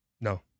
No